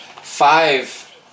five